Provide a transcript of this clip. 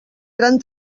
gran